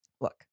look